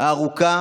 הארוכה